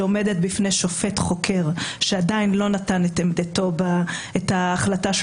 שעומדת בפני שופט חוקר שעדיין לא נתן את ההחלטה של